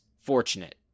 fortunate